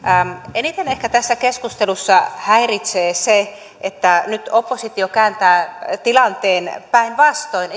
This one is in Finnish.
eniten ehkä tässä keskustelussa häiritsee se että nyt oppositio kääntää tilanteen päinvastoin